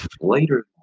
later